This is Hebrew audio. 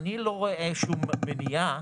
אני לא רואה שום מניעה